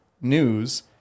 news